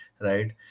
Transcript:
right